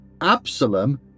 Absalom